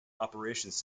operations